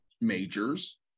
majors